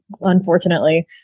unfortunately